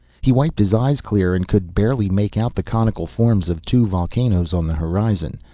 he wiped his eyes clear and could barely make out the conical forms of two volcanoes on the horizon,